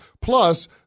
Plus